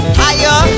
higher